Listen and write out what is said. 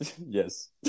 Yes